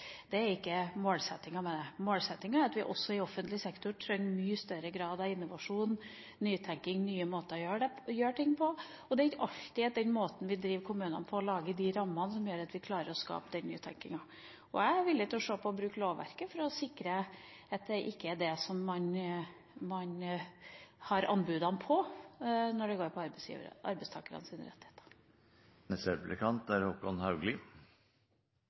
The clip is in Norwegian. Det er ikke målsettinga med det. Målsettinga er at vi også i offentlig sektor trenger større grad av innovasjon, nytenking og nye måter å gjøre ting på. Det er ikke alltid den måten vi driver kommunene på, lager de rammene som gjør at vi klarer å skape den nytenkinga. Jeg er villig til å se på om vi kan bruke lovverket for å sikre at det ikke er det som man har anbudene på, når det går på